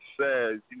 says